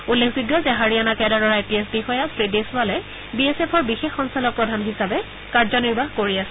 উল্লেখযোগ্য যে হাৰিয়ানা কেডাৰৰ আই পি এছ বিষয়া শ্ৰীদেশৱালে বি এছ এফৰ বিশেষ সঞ্চালকপ্ৰধান হিচাপে কাৰ্যনিৰ্বাহ কৰি আছিল